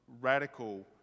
radical